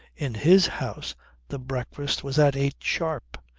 in his house the breakfast was at eight sharp.